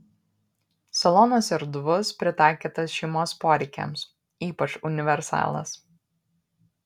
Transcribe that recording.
salonas erdvus pritaikytas šeimos poreikiams ypač universalas